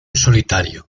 solitario